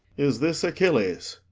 is this achilles?